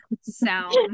sound